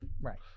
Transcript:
right